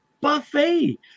buffet